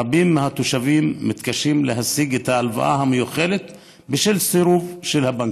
רבים מהתושבים מתקשים להשיג את ההלוואה המיוחלת בשל סירוב של הבנקים,